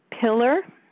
pillar